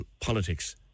politics